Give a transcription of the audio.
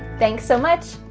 thanks so much.